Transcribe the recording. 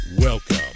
Welcome